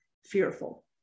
fearful